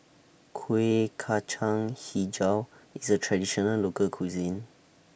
Kuih Kacang Hijau IS A Traditional Local Cuisine